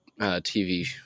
TV